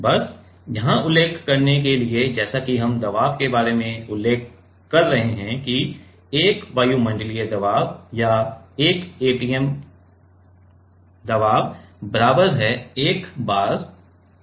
बस यहाँ उल्लेख करने के लिए जैसा कि हम दबाव के बारे में उल्लेख कर रहे हैं कि 1 वायुमंडलीय दबाव या 1 एटीएम बराबर है 1 bar के